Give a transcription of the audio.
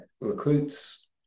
recruits